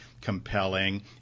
compelling